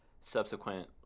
subsequent